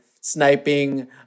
sniping